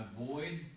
Avoid